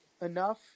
enough